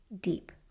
deep